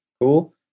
cool